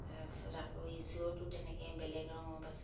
তাৰপিছত আকৌ ইজোৰতো তেনেকৈ বেলেগ ৰঙৰ পাছত